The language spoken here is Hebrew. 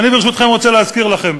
ואני, ברשותכם, רוצה להזכיר לכם.